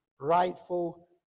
rightful